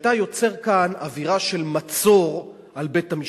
שאתה יוצר כאן אווירה של מצור על בית-המשפט,